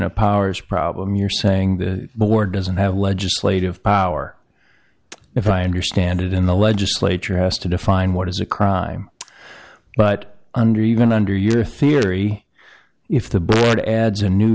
of powers problem you're saying the board doesn't have legislative power if i understand it in the legislature has to define what is a crime but under you going to under your theory if the board adds a new